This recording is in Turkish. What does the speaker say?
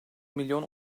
milyon